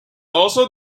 also